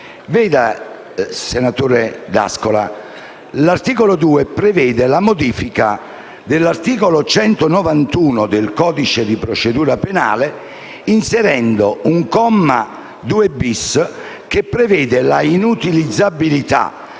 Senatore D'Ascola, l'articolo 2 prevede la modifica dell'articolo 191 del codice di procedura penale, inserendo il comma 2-*bis*, che prevede l'inutilizzabilità